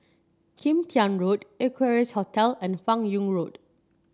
Kim Tian Road Equarius Hotel and Fan Yoong Road